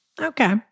Okay